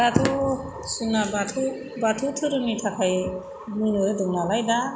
दाथ' जोंना बाथौ बाथौ धोरोमनि थाखाय बुंनो होदों नालाय दा